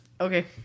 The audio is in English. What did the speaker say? Okay